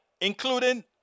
Including